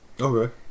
Okay